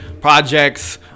Projects